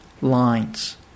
lines